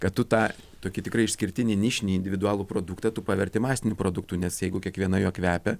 kad tu tą tokį tikrai išskirtinį nišinį individualų produktą tu paverti masiniu produktu nes jeigu kiekviena juo kvepia